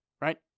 right